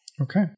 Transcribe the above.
Okay